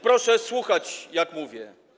Proszę słuchać, jak mówię.